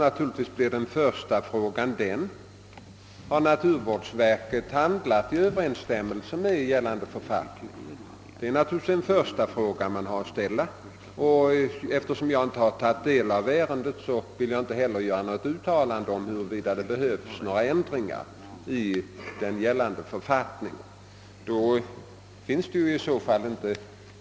Naturligtvis blir den första frågan då om naturvårdsverket har handlat i överensstämmelse med gällande författning. Eftersom jag inte har tagit del av ärendet kan jag inte göra något uttalande om huruvida det behövs några ändringar i gällande författning.